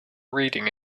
reading